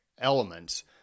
elements